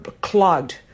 clogged